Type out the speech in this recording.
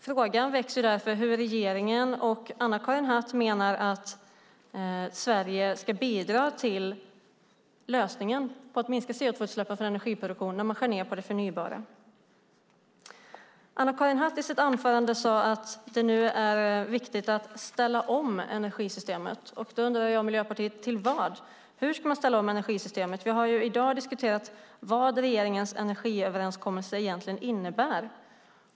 Frågan väcks därför hur regeringen och Anna-Karin Hatt menar att Sverige ska bidra till lösningen i fråga om att minska koldioxidutsläppen för energiproduktion när man skär ned på det förnybara. Anna-Karin Hatt sade i sitt anförande att det nu är viktigt att ställa om energisystemet. Då undrar jag och Miljöpartiet: Till vad? Hur ska man ställa om energisystemet? Vi har i dag diskuterat vad regeringens energiöverenskommelse egentligen innebär.